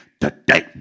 today